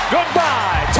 Goodbye